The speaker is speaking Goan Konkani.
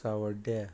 सांवड्ड्या